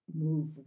move